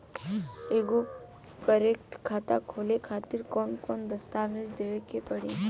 एगो करेंट खाता खोले खातिर कौन कौन दस्तावेज़ देवे के पड़ी?